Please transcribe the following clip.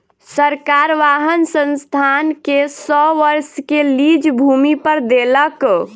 सरकार वाहन संस्थान के सौ वर्ष के लीज भूमि पर देलक